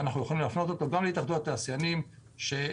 אנחנו יכולים להפנות אותו גם להתאחדות התעשיינים שיודעת